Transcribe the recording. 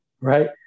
right